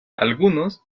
algunos